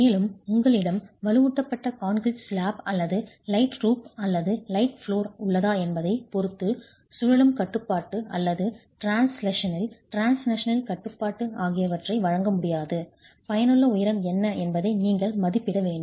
மேலும் உங்களிடம் வலுவூட்டப்பட்ட கான்கிரீட் ஸ்லாப் அல்லது லைட் ரூஃப் அல்லது லைட் ஃப்ளோர் உள்ளதா என்பதைப் பொறுத்து சுழலும் கட்டுப்பாடு அல்லது ட்ரான்ஸ்லஷனல் ட்ரான்ஸ்லஷனல் கட்டுப்பாடு ஆகியவற்றை வழங்க முடியாது பயனுள்ள உயரம் என்ன என்பதை நீங்கள் மதிப்பிட வேண்டும்